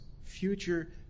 future